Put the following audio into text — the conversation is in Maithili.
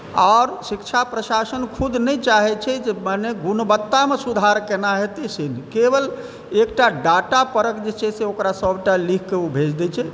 आओर शिक्षा प्रशासन खुद नहि चाहै छै जे मने गुणवत्तामे सुधार कोना हेतै से नहि एकटा डाटा परत सबटा जे चाही से ओ लिखकऽ भेज दै छै